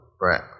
Right